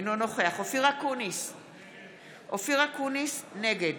אינו נוכח אופיר אקוניס, נגד